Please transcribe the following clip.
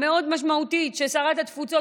המשמעותית מאוד של שרת התפוצות,